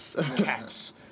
cats